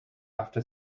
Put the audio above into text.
after